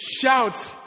shout